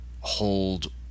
hold